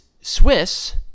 Swiss